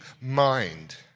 mind